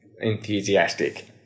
enthusiastic